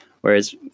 Whereas